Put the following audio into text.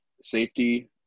Safety